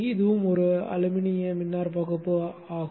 இதுவும் ஒரு அலுமினிய மின்னாற்பகுப்பு ஆகும்